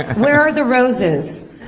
where are the roses.